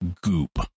goop